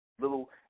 little